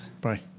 Bye